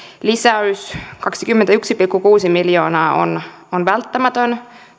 lisäys kaksikymmentäyksi pilkku kuusi miljoonaa on välttämätön